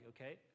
okay